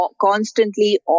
constantly